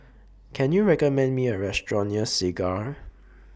Can YOU recommend Me A Restaurant near Segar